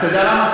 אתה יודע למה?